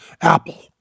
Apple